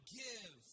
give